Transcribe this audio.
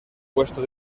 puesto